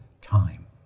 time